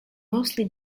mostly